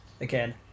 again